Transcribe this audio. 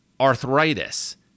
arthritis